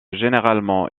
généralement